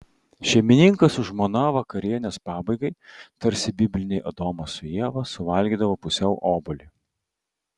šeimininkas su žmona vakarienės pabaigai tarsi bibliniai adomas su ieva suvalgydavo pusiau obuolį